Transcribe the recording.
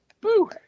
Boo